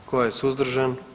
Tko je suzdržan?